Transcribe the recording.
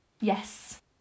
Yes